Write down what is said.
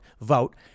vote